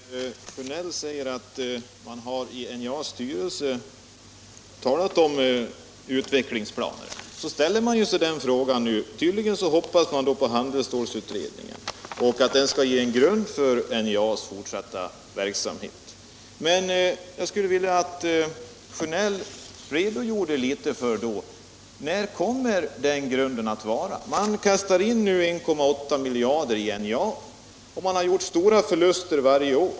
Herr talman! När herr Sjönell säger att man i NJA:s styrelse har talat om utvecklingsplaner ställer man sig frågan om han hoppas att handelsstålutredningen skall ge en grund för NJA:s fortsatta verksamhet. Men jag skulle vilja att herr Sjönell redogjorde litet för när den grunden kommer. Man kastar in 1,8 miljarder i NJA och de har gjort stora förluster varje år.